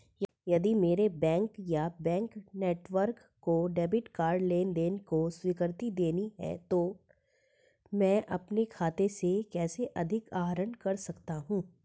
यदि मेरे बैंक या बैंक नेटवर्क को डेबिट कार्ड लेनदेन को स्वीकृति देनी है तो मैं अपने खाते से कैसे अधिक आहरण कर सकता हूँ?